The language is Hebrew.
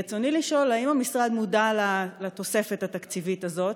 רצוני לשאול: האם המשרד מודע לתוספת התקציבית הזאת?